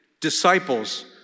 disciples